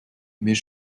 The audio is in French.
mais